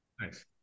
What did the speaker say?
Nice